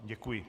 Děkuji.